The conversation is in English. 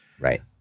Right